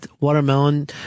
watermelon